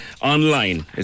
online